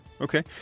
Okay